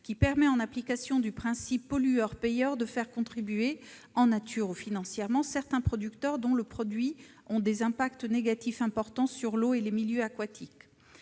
qui permet, en application du principe du pollueur-payeur, de faire contribuer, en nature ou financièrement, certains producteurs dont les produits ont des impacts négatifs importants sur l'eau et les milieux aquatiques.